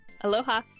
aloha